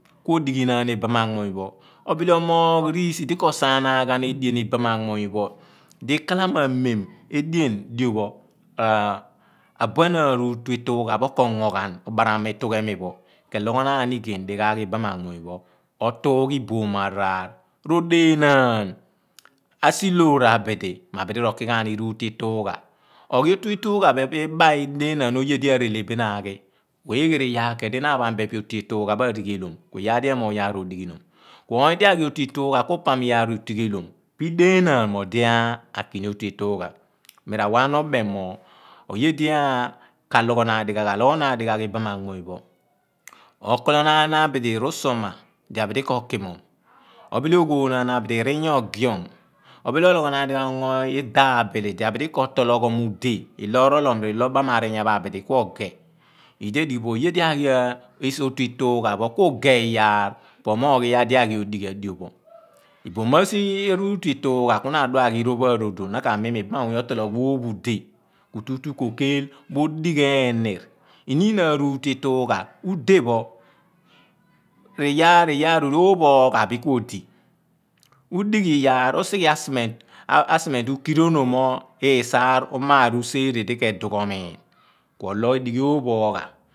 Kuodighi naan igbaa n amung pho buo obile omoogh riisi di ko saa naa ghan edien ibaam amuny pho di kalamoor ameam edien diopho po abuen aruutu ituugha pho ko ongo ghan obaraam itughemi pho kelogho naan ni igey ḏighaagh ibaam aamuuny pho otungha iboom afraar roḏeenaan asiloor abidi mo abidi rokighaani ruutu ituugha oghiotu ituugh pho pio̱ ima iḏeenaan oye di a r`eele bin aghi eeghe di iyaar kuidi na apham be pa pho arighelom? Epe kuiyaar di enuugh yaar odighineen ku ony di aghi otu ituugh ku upham iyaar utighelom hh-po ideenaan mo odi aki ni otuituugha mira wahghan obeem mo oye di kaloghoonaan dighaagh, aloghanaan dighaagh ibaamanmunypho okolo naan abidi rusuma di abidi ke ki muum, obile oghonaan abidi r`iiyah diabibidikoo giom, obile ologhonaan abidi dighaah ongo idaabili di bi̱di̱ ko taologhom ude, iloh orolom r`iloor obaam ariya pho abidi kuogei, idi edighi bo, oye di a ghi esi otuituugh pho ku geh, iyaar mo omoogh iyaar di a ghi odi ghi adiopho iboom a si ruutu ituughe kuna adua aghi ḏiopho a rodon na ka miin ni mo ibaama mury pho otoologhi oophu deh. Ku tutu koo keel mo digh eeniir. Iniin aruutu ituugha udeh pho riyaar riyaar ooloh oopho oogha bin kuodi udighi iyaar, utue usigh asiment ukironom ooghaapho riisaar umaar useere idi ke duugh omiin. kuo lo eḏighi oopho oogha.